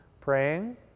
praying